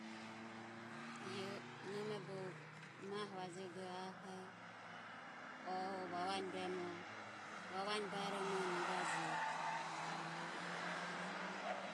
E oh, nome bogo mae vajeoho oho bogo vavaine baromo nivejeje.